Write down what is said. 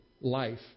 life